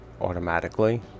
automatically